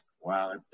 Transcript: Wow